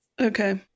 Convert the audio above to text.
Okay